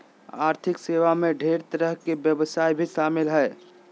आर्थिक सेवा मे ढेर तरह के व्यवसाय भी शामिल हय